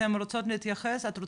את רוצה לדבר?